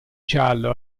giallo